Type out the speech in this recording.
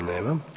Nema.